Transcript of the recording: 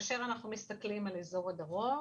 כאשר אנחנו מסתכלים על אזור הדרום,